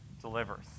delivers